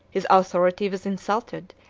his authority was insulted,